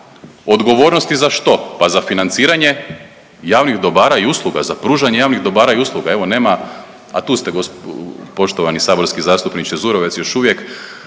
Odgovornost je za što? Pa za financiranje javnih dobara i usluga, za pružanje javnih dobara i usluga. Evo nema, a tu ste poštovani saborski zastupniče Zurovec još uvijek.